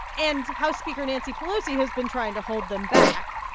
and house speaker nancy pelosi has been trying to hold them back.